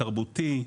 תרבותי,